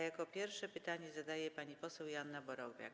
Jako pierwsza pytanie zadaje pani poseł Joanna Borowiak.